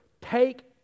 take